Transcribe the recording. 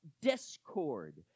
discord